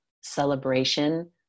celebration